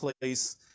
place